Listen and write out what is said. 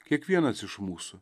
kiekvienas iš mūsų